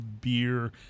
beer